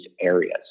areas